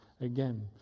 Again